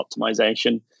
optimization